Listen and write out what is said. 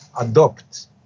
adopt